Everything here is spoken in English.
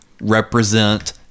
represent